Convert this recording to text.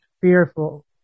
fearful